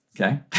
Okay